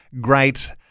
great